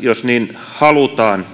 jos niin halutaan